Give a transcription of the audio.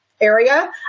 area